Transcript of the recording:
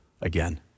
again